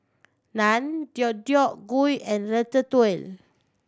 Naan Deodeok Gui and Ratatouille